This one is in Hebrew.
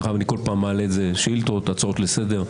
אני כל פעם מעלה את זה שאילתות, הצעות לסדר.